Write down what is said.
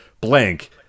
blank